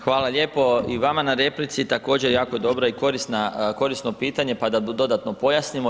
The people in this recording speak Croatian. Hvala lijepo i vama na replici, također jako dobro i korisno pitanje, pa da dodatno pojasnimo.